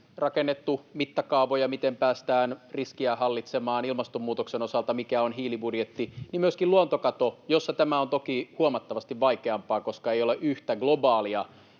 rakennettu siitä, miten päästään riskiä hallitsemaan ilmastonmuutoksen osalta, mikä on hiilibudjetti, ja näin tehdään myöskin luontokadolle, jossa tämä on toki huomattavasti vaikeampaa, koska ei ole yhtä globaalia